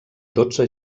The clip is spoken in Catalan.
dotze